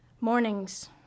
Mornings